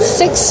six